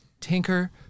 tinker